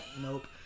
Nope